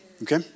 Okay